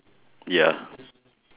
ya